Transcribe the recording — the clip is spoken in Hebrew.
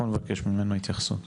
אנחנו נבקש ממנו התייחסות.